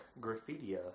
Graffiti